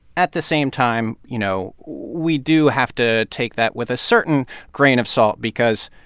at the same time, you know, we do have to take that with a certain grain of salt because,